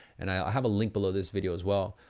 and i have a link below this video as well.